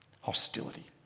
Hostility